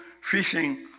fishing